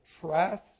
trust